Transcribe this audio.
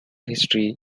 history